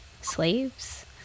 slaves